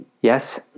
Yes